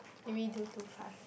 did we do too fast